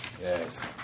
Yes